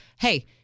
Hey